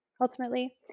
ultimately